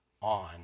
on